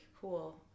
Cool